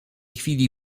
chwili